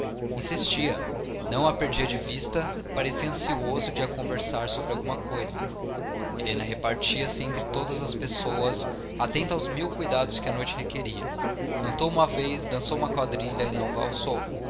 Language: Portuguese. insistia não a perdia de vista parecia ansioso de a conversar sobre alguma coisa helena repartia se entre todas as pessoas atenta aos mil cuidados que a noite requeria cantou uma vez dançou uma quadrilha e não valsou